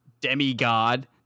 demigod